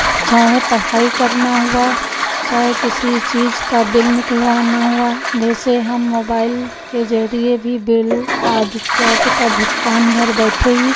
चाहे पढ़ाई करना हुआ चाहे किसी चीज़ का बिल निकलवाना हुआ जैसे हम मोबाइल के जरिए भी बिल आदि इत्यादी का भुगतान घर बैठे ही